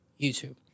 YouTube